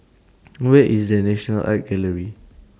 Where IS The National Art Gallery